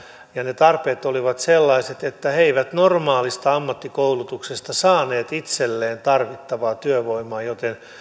ja ne tarpeet olivat sellaiset että he eivät normaalista ammattikoulutuksesta saaneet itselleen tarvittavaa työvoimaa joten he